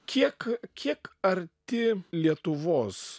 kiek kiek arti lietuvos